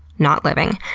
not living,